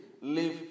live